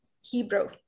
hebrew